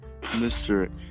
Mr